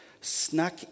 snuck